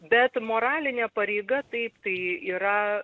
bet moralinė pareiga taip tai yra